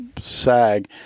sag